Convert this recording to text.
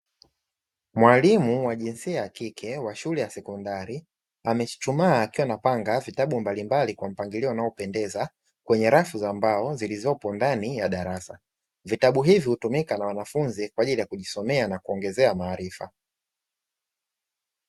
Mwalimu wa jinsia ya kike wa shule ya sekondari, amechuchumaa akiwa na panga vitabu mbalimbali kwa mpangilio unaopendeza, kwenye rafu za mbao zilizopo ndani ya darasa, vitabu hivyo hutumika na wanafunzi kwa ajili ya kujisomea na kuongezea maarifa.